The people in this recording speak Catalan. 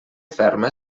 ferma